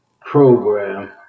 program